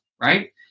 right